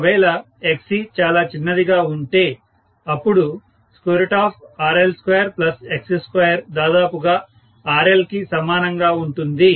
ఒకవేళ XC చాలా చిన్నది గా ఉంటే అప్పుడు RL2XC2 దాదాపుగా RL కి సమానం గా ఉంటుంది